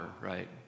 right